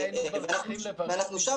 אנחנו שם,